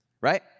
Right